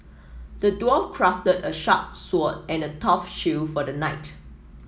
the dwarf crafted a sharp sword and a tough shield for the knight